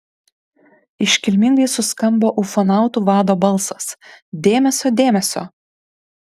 iškilmingai suskambo ufonautų vado balsas dėmesio dėmesio